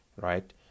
Right